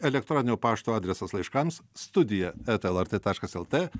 elektroninio pašto adresas laiškams studija eta lrt taškas lt